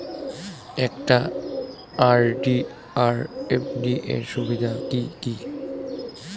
একটা আর.ডি আর এফ.ডি এর সুবিধা কি কি?